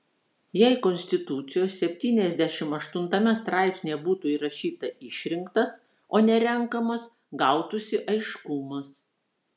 jei konstitucijos septyniasdešimt aštuntame straipsnyje būtų įrašyta išrinktas o ne renkamas gautųsi aiškumas